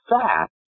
fact